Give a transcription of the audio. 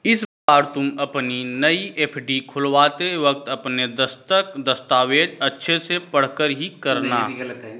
इस बार तुम अपनी नई एफ.डी खुलवाते वक्त अपने दस्तखत, दस्तावेज़ अच्छे से पढ़कर ही करना